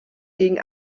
gegen